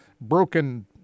broken